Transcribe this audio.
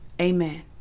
Amen